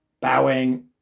Bowing